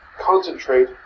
concentrate